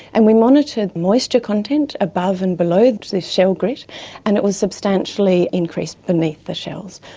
and we monitored moisture content above and below this shell grit and it was substantially increased beneath the shells,